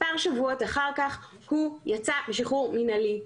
מספר שבועות אחר כך הוא יצא משחרור מינהלי.